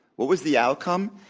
what was the outcome?